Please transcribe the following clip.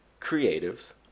creatives